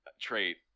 trait